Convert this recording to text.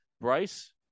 Bryce